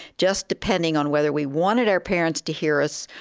just depending on whether we wanted our parents to hear us,